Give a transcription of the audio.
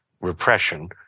repression